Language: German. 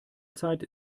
zeit